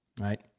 right